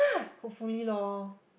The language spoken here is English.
hopefully lor